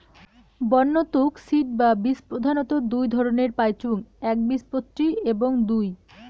বন্য তুক সিড বা বীজ প্রধানত দুই ধরণের পাইচুঙ একবীজপত্রী এবং দুই